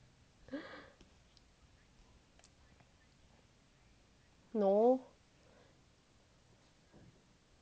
no